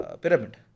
Pyramid